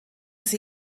sie